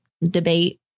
debate